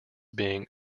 being